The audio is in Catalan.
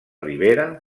ribera